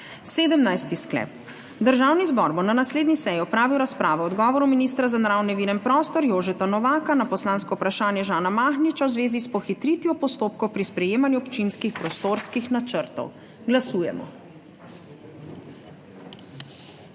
sprejet. 17. Sklep: Državni zbor bo na naslednji seji opravil razpravo o odgovoru ministra za naravne vire in prostor Jožeta Novaka na poslansko vprašanje Žana Mahniča v zvezi s pohitritvijo postopkov pri sprejemanju občinskih prostorskih načrtov. Glasujemo.